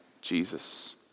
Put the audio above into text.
Jesus